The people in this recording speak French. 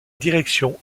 direction